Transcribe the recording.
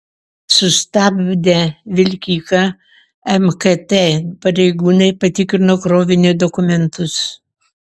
sustabdę vilkiką mkt pareigūnai patikrino krovinio dokumentus